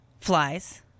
flies